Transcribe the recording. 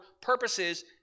purposes